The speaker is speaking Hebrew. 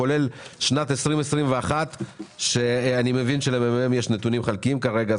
כולל שנת 2021 שאני מבין שלממ"מ יש נתונים חלקיים כרגע,